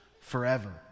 forever